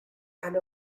and